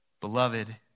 beloved